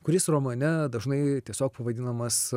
kuris romane dažnai tiesiog vadinamas